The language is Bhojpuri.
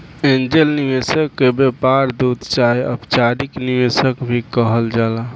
एंजेल निवेशक के व्यापार दूत चाहे अपचारिक निवेशक भी कहल जाला